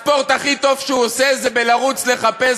הספורט הכי טוב שהוא עושה זה לרוץ לחפש